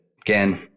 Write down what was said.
again